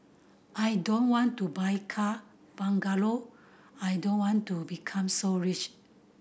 I don't want to buy car bungalow I don't want to become so rich